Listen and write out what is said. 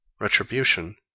retribution